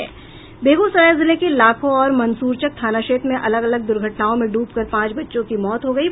बेगूसराय जिले के लाखो और मंसूरचक थाना क्षेत्र में अलग अलग दुर्घटनाओं में डूबकर पांच बच्चों की मौत हो गयी